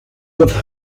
have